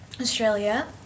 Australia